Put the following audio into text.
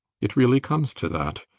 it really comes to that.